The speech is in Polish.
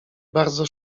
bardzo